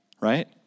Right